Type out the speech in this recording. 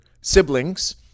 siblings